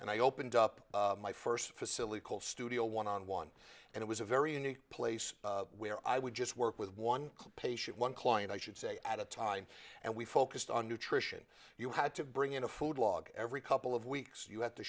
and i opened up my first facility called studio one on one and it was a very unique place where i would just work with one called patient one client i should say at a time and we focused on nutrition you had to bring in a food log every couple of weeks you have to